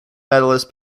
medalist